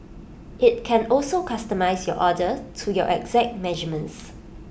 IT can also customise your order to your exact measurements